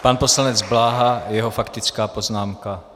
Pan poslanec Bláha a jeho faktická poznámka.